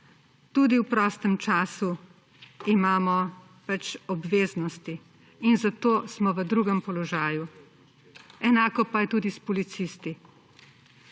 Tudi v prostem času imamo obveznosti in zato smo v drugem položaju. Enako pa je tudi s policisti.